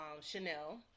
Chanel